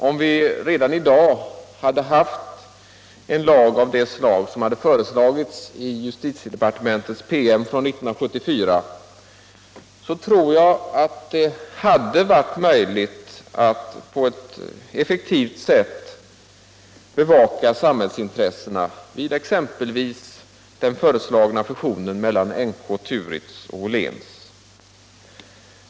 Om vi redan i dag hade haft en lag av den typ som föreslås i justitiedepartementets PM från 1974, hade det varit möjligt att på ett effektivt sätt bevaka samhällsintressena vid exempelvis den föreslagna fusionen mellan NK-Turitz och Åhléns.